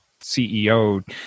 CEO